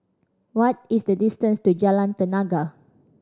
what is the distance to Jalan Tenaga